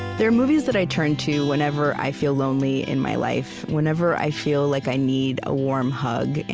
there are movies that i turn to whenever i feel lonely in my life, whenever i feel like i need a warm hug, and